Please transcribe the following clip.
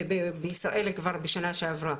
ובישראל כבר משנה שעברה,